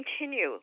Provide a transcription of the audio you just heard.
continue